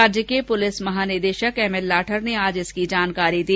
राज्य के पुलिस महानिदेशक एमएल लाठर ने आज इसकी जानकारी दी